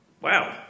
Wow